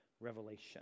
Revelation